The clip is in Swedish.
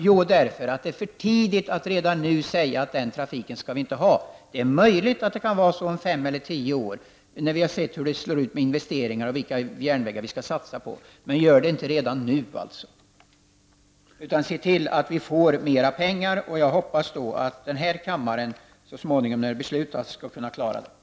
Jo, därför att det är för tidigt att redan nu säga att vi inte skall ha den trafiken. Det är möjligt att situationen kan vara sådan om fem eller tio år när vi har sett hur investeringarna slår ut och vilka järnvägar vi skall satsa på. Men det ser vi inte redan nu. Vi måste se till att vi får mer pengar. Jag hoppas att denna kammare med sina beslut så småningom skall klara av detta.